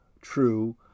true